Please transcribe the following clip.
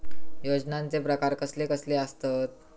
योजनांचे प्रकार कसले कसले असतत?